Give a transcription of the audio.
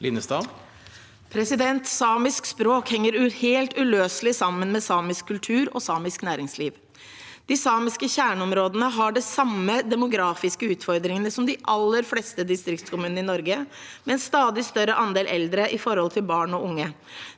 Linnestad (H) Samisk språk henger helt uløselig sammen med samisk kultur og samisk næringsliv. De samiske kjerneområdene har de samme demografiske utfordringene som de aller fleste distriktskommunene i Norge, med en stadig større andel eldre i forhold til barn og unge.